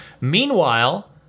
Meanwhile